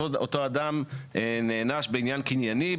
אותו אדם נענש בעניין קנייני,